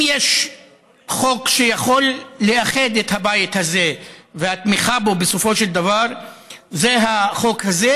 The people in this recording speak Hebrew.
אם יש חוק שיכול לאחד את הבית הזה בתמיכה בו בסופו של דבר זה החוק הזה,